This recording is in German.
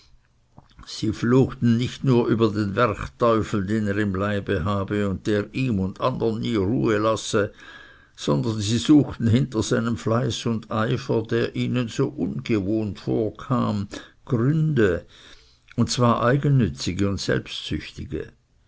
sie fluchten nicht nur über den werchteufel den er im leibe habe und der ihm und andern nie ruhe lasse sondern sie suchten hinter seinem fleiß und eifer der ihnen so ungewohnt vorkam gründe und zwar eigennützige und selbstsüchtige